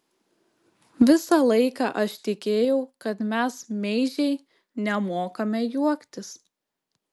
visą laiką aš tikėjau kad mes meižiai nemokame juoktis